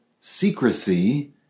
secrecy